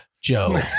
joe